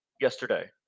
yesterday